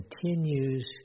continues